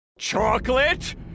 Chocolate